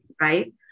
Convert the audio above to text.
right